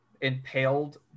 impaled